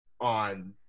on